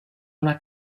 una